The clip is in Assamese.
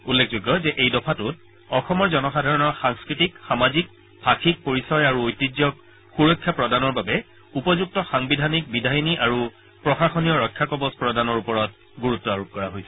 উল্লেখযোগ্য যে এই দফাটোত অসমৰ জনসাধাৰণৰ সাংস্কৃতিক সামাজিক ভাষিক পৰিচয় আৰু ঐতিহ্যক সুৰক্ষা প্ৰদানৰ বাবে উপযুক্ত সাংবিধানিক বিধায়িনী আৰু প্ৰশাসনীয় ৰক্ষাকবচ প্ৰদানৰ ওপৰত গুৰুত্ব আৰোপ কৰা হৈছে